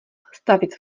stavit